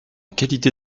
qualité